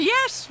Yes